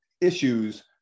issues